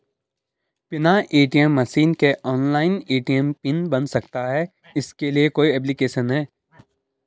बिना ATM machine के online ATM pin बन सकता है इसके लिए कोई ऐप्लिकेशन है?